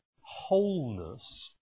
wholeness